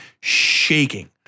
shaking